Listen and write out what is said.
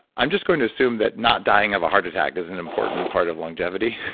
i'm just going to assume that not dying of a heart attack is an important part of longevity?